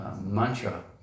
mantra